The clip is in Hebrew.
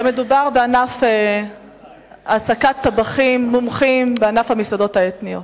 מדובר בענף העסקת טבחים מומחים בענף המסעדות האתניות.